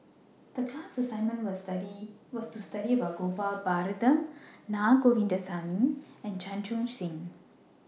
The class assignment was to study about Gopal Baratham Na Govindasamy and Chan Chun Sing